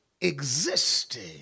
existing